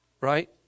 Right